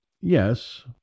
yes